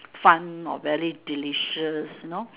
fun or very delicious you know